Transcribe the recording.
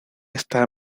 está